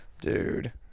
Dude